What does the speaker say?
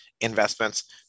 investments